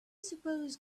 suppose